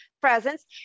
presence